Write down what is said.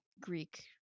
greek